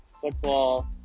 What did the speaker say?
football